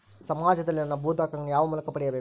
ಸಮಾಜದಲ್ಲಿ ನನ್ನ ಭೂ ದಾಖಲೆಗಳನ್ನು ಯಾವ ಮೂಲಕ ಪಡೆಯಬೇಕು?